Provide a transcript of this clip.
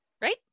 Right